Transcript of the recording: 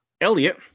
Elliot